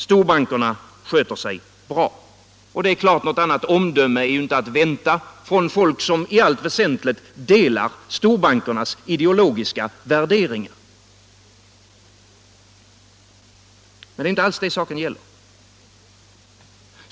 Storbankerna sköter sig bra — och det är klart att något annat omdöme inte är att vänta från folk som i allt väsentligt delar storbankernas ideologiska värderingar. Men det är inte alls det saken gäller.